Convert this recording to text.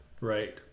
Right